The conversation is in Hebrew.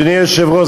אדוני היושב-ראש,